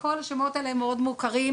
כל השמות האלה מאוד מוכרים,